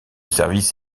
service